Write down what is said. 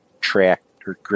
tractor